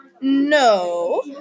No